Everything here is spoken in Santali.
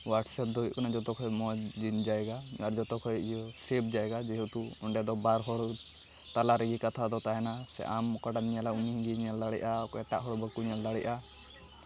ᱳᱣᱟᱴᱥᱮᱯ ᱫᱚ ᱦᱩᱭᱩᱜ ᱠᱟᱱᱟ ᱢᱚᱡᱽ ᱡᱟᱭᱜᱟ ᱟᱨ ᱡᱚᱛᱚ ᱠᱷᱚᱡ ᱤᱭᱟᱹ ᱥᱮᱵᱷ ᱡᱟᱭᱜᱟ ᱡᱮᱦᱮᱛᱩ ᱚᱸᱰᱮᱫᱚ ᱵᱟᱨ ᱦᱚᱲ ᱛᱟᱞᱟ ᱨᱮᱜᱮ ᱠᱟᱛᱷᱟᱫᱚ ᱛᱟᱦᱮᱱᱟ ᱥᱮ ᱟᱢ ᱚᱠᱟᱴᱟᱮᱢ ᱧᱮᱞᱟ ᱩᱱᱤᱜᱮᱭ ᱧᱮᱞ ᱫᱟᱲᱮᱜᱼᱟ ᱚᱠᱚᱭᱴᱟᱜ ᱦᱚᱸ ᱵᱟᱠᱚ ᱧᱮᱞ ᱫᱟᱲᱮᱜᱼᱟ